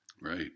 Right